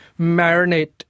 marinate